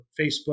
Facebook